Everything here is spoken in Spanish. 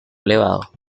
elevado